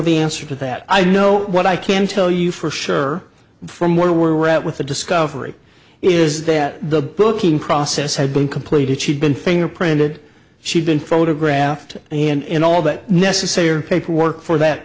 the answer to that i know what i can tell you for sure from where we're at with the discovery is that the booking process had been completed she'd been fingerprinted she'd been photographed and all that necessary paperwork for that